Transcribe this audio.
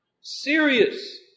serious